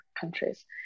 countries